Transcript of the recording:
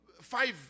five